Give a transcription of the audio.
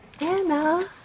Anna